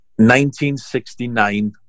1969